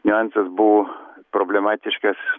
niuansas buvo problematiškas